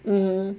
um